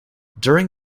during